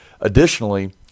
Additionally